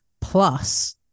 plus